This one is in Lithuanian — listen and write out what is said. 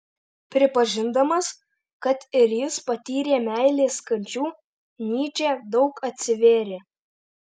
prisipažindamas kad ir jis patyrė meilės kančių nyčė daug atsivėrė